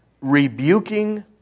rebuking